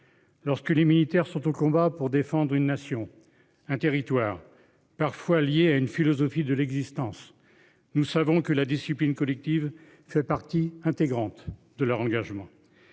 Lorsque les militaires sont au combat pour défendre une nation un territoire parfois liés à une philosophie de l'existence. Nous savons que la discipline collective fait partie intégrante de leur engagement.